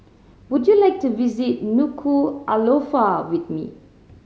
would you like to visit Nuku'alofa with me